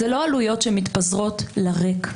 זה לא עלויות שמתפזרות לריק.